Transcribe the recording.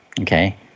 Okay